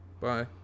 Bye